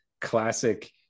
classic